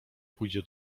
pójdzie